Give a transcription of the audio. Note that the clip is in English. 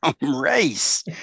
Race